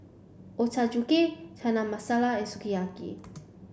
Ochazuke Chana Masala and Sukiyaki